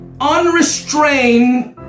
unrestrained